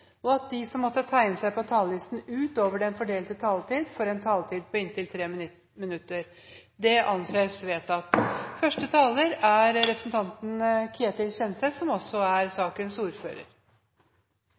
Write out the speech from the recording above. og at de som måtte tegne seg på talerlisten utover den fordelte taletid, får en taletid på inntil 3 minutter. – Det anses vedtatt. Det er en glede for meg å kunne framlegge en så å si enstemmig innstilling til denne saka. Det er